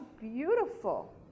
beautiful